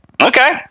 Okay